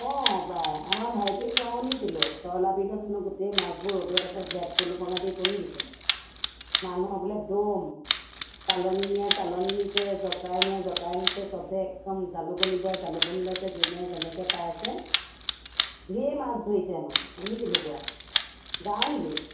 অ পাই আমাৰ ভাইটিয়ে কোৱা শুনিছিলোঁ চৰলা বিলত হেনো গোটেই মাছবোৰ ৰ'দত পেই পুলুঙা দি উপঙি দিছে মানুহৰ বোলে দ'ম চালনি নিয়াই চালনি নিছে জকাই নিয়াই জকাই নিছে সবে একদম জালুকনী বোৱাই জালুকনী বাইছে যোনে যেনেকৈ পাইছে ঢেৰ মাছ ধৰিছে হেনো শুনিছিলোঁ কোৱা যাৱ নেকি